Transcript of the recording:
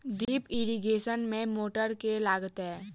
Drip irrigation मे motor केँ लागतै?